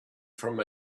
from